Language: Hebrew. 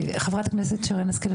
חברת הכנסת שרן השכל,